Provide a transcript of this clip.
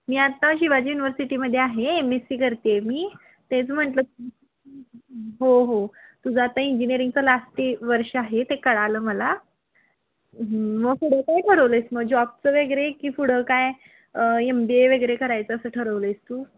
मी आत्ता शिवाजी युनव्हर्सिटीमध्ये आहे एम एस सी करते आहे मी तेच म्हटलं हो हो तुझं आता इंजिनिअरिंगचं लास्ट ते वर्ष आहे ते कळालं मला मग पुढं काय ठरवलं आहेस मग जॉबचं वगैरे की पुढं काय एम बी ए वगैरे करायचं असं ठरवलं आहेस तू